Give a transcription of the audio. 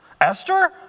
Esther